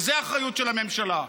וזו האחריות של הממשלה.